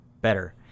better